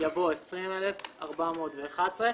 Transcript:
יבוא "20,411".